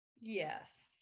yes